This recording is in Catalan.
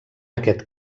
aquest